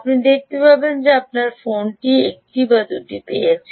আপনি দেখতে পাবেন যেআপনার ফোনটি একটি বা 2 পেয়েছে